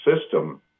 system